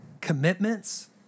commitments